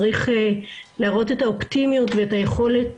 צריך להראות את האופטימיות ואת היכולת